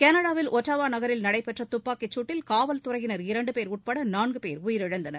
களடாவில் Ottawa நகரில் நடைபெற்ற துப்பாக்கிச்சூட்டில் காவல்துறையினர் இரண்டு பேர் உட்பட நான்கு பேர் உயிரிழந்தனர்